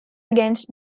against